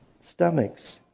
stomachs